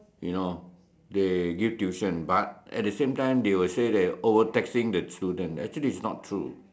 you know they give tuition but at the same time they will say that overtaxing the children actually it's not true